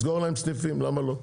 כן, כן, לסגור להם סניפים, למה לא?